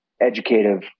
educative